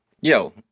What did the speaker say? Yo